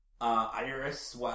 Iris